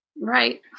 Right